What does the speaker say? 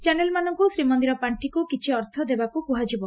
ଚ୍ୟାନେଲ୍ମାନଙ୍ଙୁ ଶ୍ରୀମନ୍ଦିର ପାଷିକୁ କିଛି ଅର୍ଥ ଦେବାକୁ କୁହାଯିବ